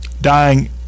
dying